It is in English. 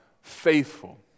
Faithful